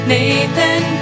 Nathan